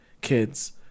kids